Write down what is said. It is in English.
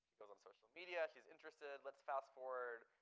goes on social media. she's interested. let's fast-forward,